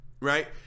Right